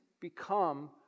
become